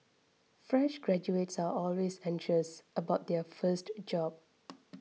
fresh graduates are always anxious about their first job